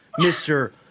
Mr